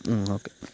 okay